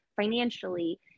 financially